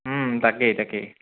তাকেই তাকেই